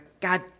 god